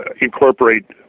incorporate